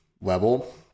level